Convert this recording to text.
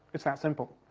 it's that simple.